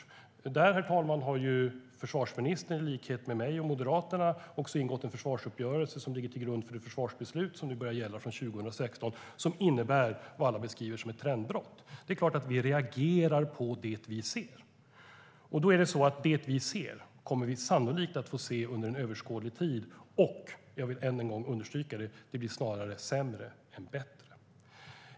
I likhet med mig och Moderaterna, herr talman, har försvarsministern ingått en försvarsuppgörelse som ligger till grund för det försvarsbeslut som börjar gälla från 2016 och som innebär vad alla beskriver som ett trendbrott. Det är klart att vi reagerar på det vi ser, och det vi ser kommer vi sannolikt att få se under en överskådlig tid. Det blir snarare sämre än bättre - jag vill än en gång understryka det.